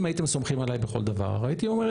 אם הייתם סומכים עליי בכל דבר לא הייתי אומר,